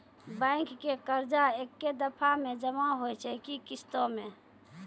Bank के कर्जा ऐकै दफ़ा मे जमा होय छै कि किस्तो मे?